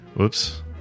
Oops